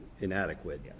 inadequate